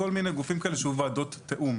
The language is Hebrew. כל מיני גופים כאלה שהיו ועדות תאום.